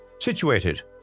Situated